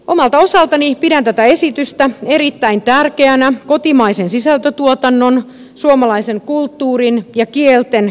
omalta osaltani pidän tätä esitystä erittäin tärkeänä kotimaisen sisältötuotannon suomalaisen kulttuurin ja kielten kannalta